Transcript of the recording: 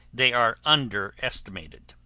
they are underestimated.